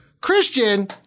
Christian